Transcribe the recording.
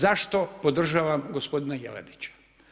Zašto podržavam gospodina Jelenića?